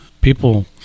people